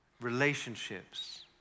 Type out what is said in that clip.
relationships